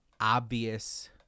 obvious